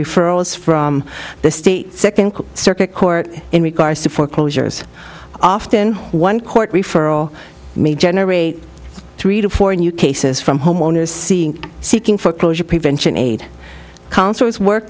referrals from the state second circuit court in regards to foreclosures often one court referral may generate three to four new cases from homeowners seeing seeking foreclosure prevention aid concerts work